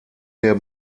der